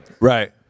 Right